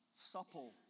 supple